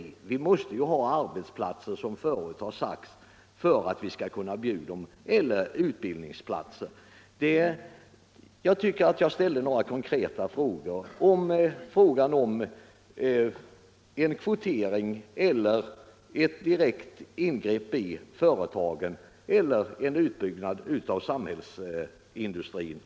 Som förut sagts måste vi ju ha arbetsplatser eller utbildningsplatser för att kunna bjuda dem något. Jag tyckte jag ställde några konkreta frågor. Skall vi ha en kvotering eller ett direkt ingrepp i företagen eller en utbyggnad av samhällsindustrin?